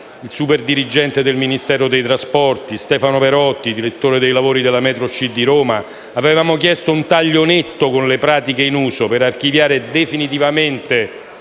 il superdirigente del Ministero delle infrastrutture e dei trasporti, o Stefano Perotti, direttore dei lavori della metro C di Roma), avevamo chiesto un taglio netto con le pratiche in uso per archiviare definitivamente